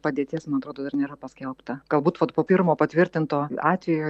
padėties man atrodo dar nėra paskelbta galbūt vat po pirmo patvirtinto atvejo